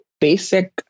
basic